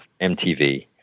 MTV